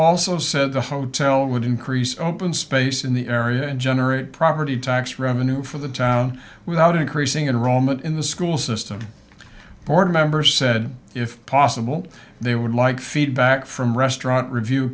also said the hotel would increase open space in the area and generate property tax revenue for the town without increasing in rome and in the school system board members said if possible they would like feedback from restaurant review